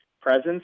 presence